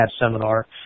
seminar